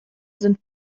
sind